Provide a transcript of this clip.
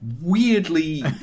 weirdly